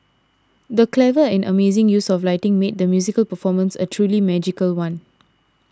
the clever and amazing use of lighting made the musical performance a truly magical one